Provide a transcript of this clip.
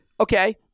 okay